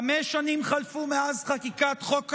חמש שנים חלפו מאז חקיקת חוק הלאום,